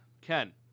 Ken